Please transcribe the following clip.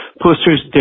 posters